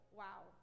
wow